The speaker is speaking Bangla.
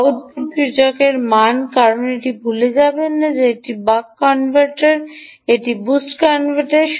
আউটপুট সূচক মান কারণ এটি ভুলে যাবেন না এটি একটি বুক কন এটি হল একটি বুস্ট রূপান্তরকারী